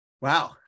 wow